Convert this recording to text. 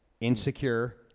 insecure